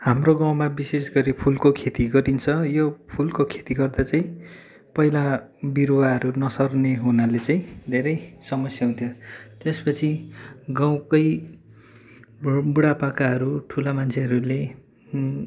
हाम्रो गाउँमा विशेष गरी फुलको खेती गरिन्छ यो फुलको खेती गर्दा चाहिँ पहिला बिरुवाहरू नसर्ने हुनाले चाहिँ धेरै समस्या हुन्थ्यो त्यसपछि गाउँकै बुढापाकाहरू ठुला मान्छेहरूले